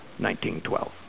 1912